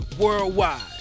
worldwide